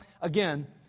again